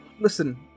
listen